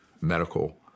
medical